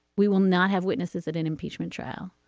we will not have witnesses at an impeachment trial.